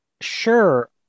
Sure